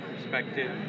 perspective